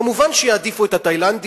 כמובן שיעדיפו את התאילנדי,